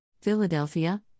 Philadelphia